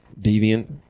deviant